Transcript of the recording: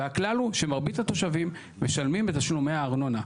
והכלל הוא שמרבית התושבים משלמים בתשלומי הארנונה.